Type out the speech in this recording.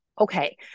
okay